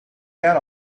had